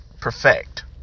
perfect